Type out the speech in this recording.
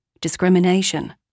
Discrimination